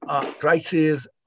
crisis